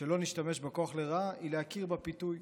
ושלא נשתמש בכוח לרעה היא להכיר בפיתוי,